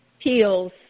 peels